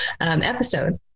episode